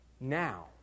Now